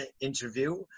interview